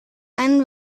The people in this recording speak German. einen